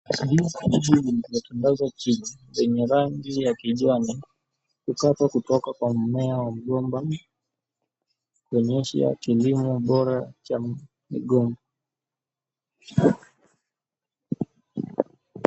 Hili iliyotandazwa chini zenye rangi ya kijani iliyokatwa kutoka kwa mimea wa mgomba ikionyesha kilimo bora cha migomba.